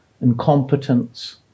incompetence